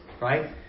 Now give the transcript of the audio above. right